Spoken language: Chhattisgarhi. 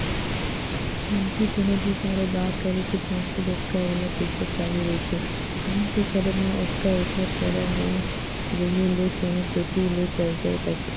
मनखे कोनो भी कारोबार करे के सोचथे जतका ओला पइसा चाही रहिथे काम के करब म ओतका ओखर करा नइ रेहे ले कोनो कोती ले करजा करथे